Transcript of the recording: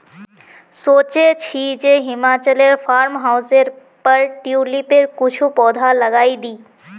सोचे छि जे हिमाचलोर फार्म हाउसेर पर ट्यूलिपेर कुछू पौधा लगइ दी